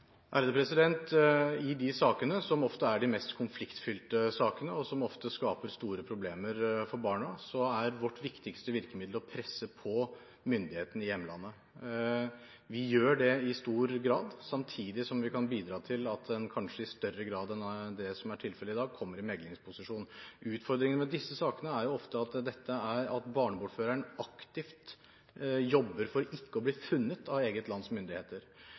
I de sakene, som ofte er de mest konfliktfylte sakene, og som ofte skaper store problemer for barna, er vårt viktigste virkemiddel å presse på myndighetene i hjemlandet. Vi gjør det i stor grad, samtidig som vi kan bidra til at en kanskje i større grad enn det som er tilfellet i dag, kommer i meglingsposisjon. Utfordringene med disse sakene er jo ofte at barnebortføreren aktivt jobber for ikke å bli funnet av eget lands myndigheter.